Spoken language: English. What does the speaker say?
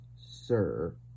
sir